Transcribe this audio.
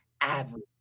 average